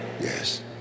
Yes